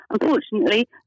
Unfortunately